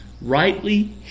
rightly